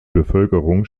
bevölkerung